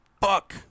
Fuck